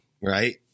right